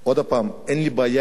אין לי בעיה עם זה שחרדים,